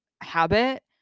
habit